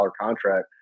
contract